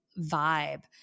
vibe